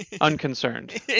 unconcerned